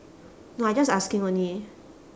no I just asking only